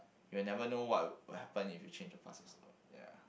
you will never know what will happen if you change the past also ya